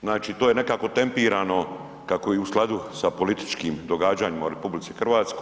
Znači to je nekako tempirano kako je i u skladu sa političkim događanjima u RH.